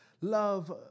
love